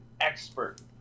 expert